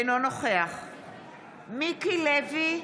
אינו נוכח מיקי לוי,